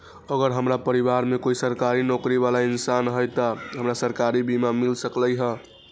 अगर हमरा परिवार में कोई सरकारी नौकरी बाला इंसान हई त हमरा सरकारी बीमा मिल सकलई ह?